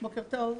בוקר טוב.